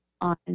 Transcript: on